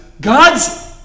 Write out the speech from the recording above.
God's